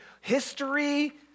history